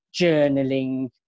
journaling